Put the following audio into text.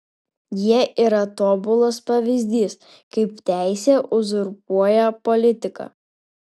jie yra tobulas pavyzdys kaip teisė uzurpuoja politiką